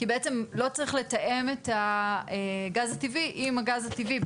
כי בעצם לא צריך לתאם את הגז הטבעי עם הגז הטבעי,